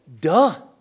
Duh